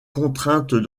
contraintes